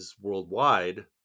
worldwide